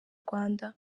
rwanda